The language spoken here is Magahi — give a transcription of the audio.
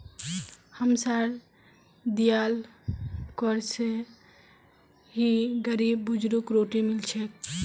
हमसार दियाल कर स ही गरीब बुजुर्गक रोटी मिल छेक